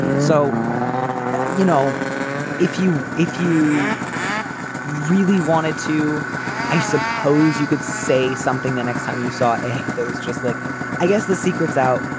so you know if you if you really wanted to i suppose you could say something the next time you saw a there was just like i guess the secret's out.